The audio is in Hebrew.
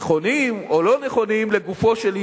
נכונים או לא נכונים, לגופו של עניין,